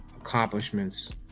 accomplishments